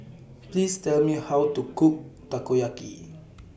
Please Tell Me How to Cook Takoyaki